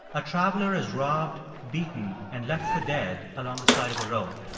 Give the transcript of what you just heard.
a traveler is robbed, beaten and left for dead along the side of a road.